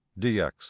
dx